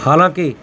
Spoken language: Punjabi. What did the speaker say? ਹਾਲਾਂਕਿ